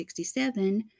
1967